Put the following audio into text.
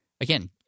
again